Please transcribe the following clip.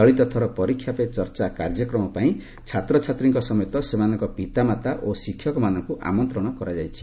ଚଳିତଥର ପରୀକ୍ଷା ପେ ଚର୍ଚ୍ଚା କାର୍ଯ୍ୟକ୍ରମ ପାଇଁ ଛାତ୍ରଛାତ୍ରୀଙ୍କ ସମେତ ସେମାନଙ୍କ ପିତାମାତା ଓ ଶିକ୍ଷକମାନଙ୍କୁ ଆମନ୍ତ୍ରଣ କରାଯାଇଛି